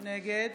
נגד